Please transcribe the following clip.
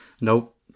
Nope